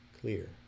clear